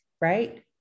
right